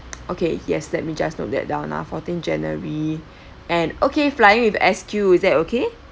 okay yes let me just note that down ah fourteen january and okay flying with S_Q is that okay